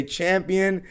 champion